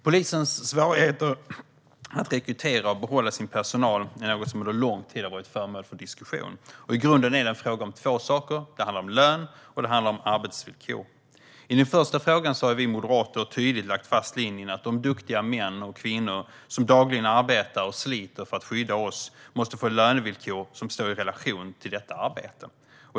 Polisens svårigheter att rekrytera och behålla sin personal är något som under lång tid har varit föremål för diskussion. I grunden är det en fråga om två saker. Det handlar om lön, och det handlar om arbetsvillkor. I den första frågan har vi moderater tydligt lagt fast linjen att de duktiga män och kvinnor som dagligen arbetar och sliter för att skydda oss måste få lönevillkor som står i relation till detta arbete.